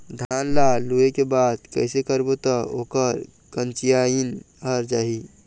धान ला लुए के बाद कइसे करबो त ओकर कंचीयायिन हर जाही?